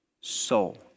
soul